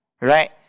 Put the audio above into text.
right